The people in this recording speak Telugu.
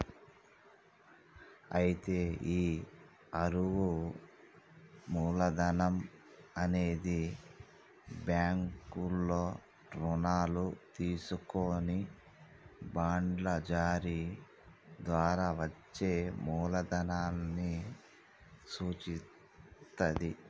అయితే ఈ అరువు మూలధనం అనేది బ్యాంకుల్లో రుణాలు తీసుకొని బాండ్లు జారీ ద్వారా వచ్చే మూలదనాన్ని సూచిత్తది